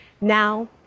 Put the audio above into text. Now